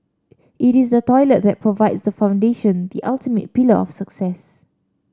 it is the toilet that provides the foundation the ultimate pillar of success